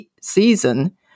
season